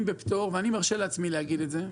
היום בפטור אני מרשה לעצמי להגיד את זה.